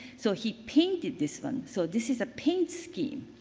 so, he painted this one. so, this is a paint scheme.